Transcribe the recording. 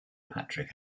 patrick